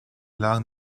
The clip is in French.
l’art